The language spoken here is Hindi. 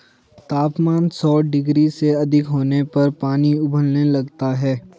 तापमान सौ डिग्री से अधिक होने पर पानी उबलने लगता है